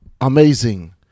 amazing